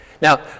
now